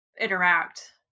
interact